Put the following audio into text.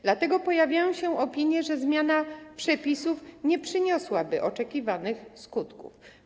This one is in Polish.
Dlatego pojawiają się opinie, że zmiana przepisów nie przyniosłaby oczekiwanych skutków.